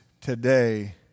today